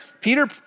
Peter